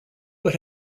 but